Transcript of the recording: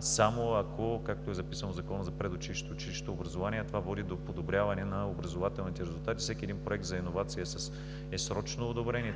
само ако, както е записано в Закона за предучилищното и училищното образование – това води до подобряване на образователните резултати. Всеки един проект за иновации е със срочно одобрение